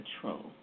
control